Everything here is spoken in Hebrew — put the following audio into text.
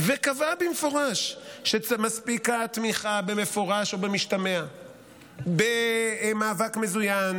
וקבעה במפורש שמספיקה תמיכה במפורש או במשתמע במאבק מזוין